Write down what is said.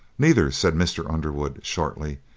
neither, said mr. underwood, shortly,